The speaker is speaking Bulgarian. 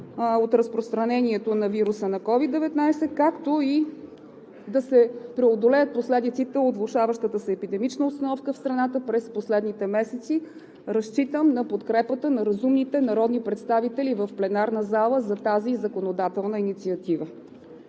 от разпространението на вируса на COVID-19, както и да се преодолеят последиците от влошаващата се епидемична обстановка в страната през последните месеци. Разчитам на подкрепата на разумните народни представители в пленарната зала за тази законодателна инициатива.